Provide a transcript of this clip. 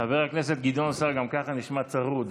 חבר הכנסת גדעון סער גם ככה נשמע צרוד.